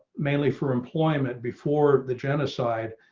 mainly for employment before the genocide,